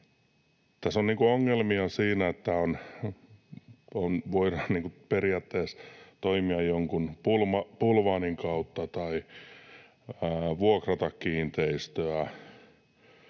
Tässä on ongelmia siinä, että voidaan periaatteessa toimia jonkun bulvaanin kautta tai vuokrata kiinteistöä